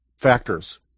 factors